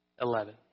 Eleven